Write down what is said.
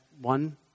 one